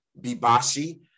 Bibashi